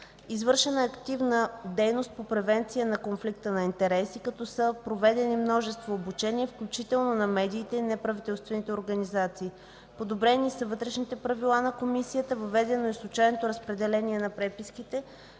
Извършена е активна дейност по превенция на конфликта на интереси, като са проведени множество обучения, включително на медиите и неправителствените организации. Подобрени са вътрешните правила на комисията: въведено е случайното разпределение на преписките